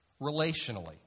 relationally